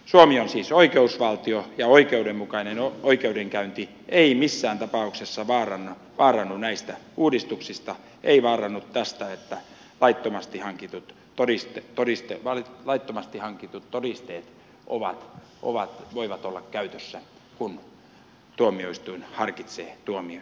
suomi on siis oikeusvaltio ja oikeudenmukainen oikeudenkäynti ei missään tapauksessa vaarannu näistä uudistuksista ei vaarannu tästä että laittomasti hankitut todisteet todisti vain laittomasti hankitut todisteet voivat olla käytössä kun tuomioistuin harkitsee tuomion antamista